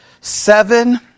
seven